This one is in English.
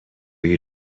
you